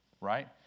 right